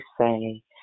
say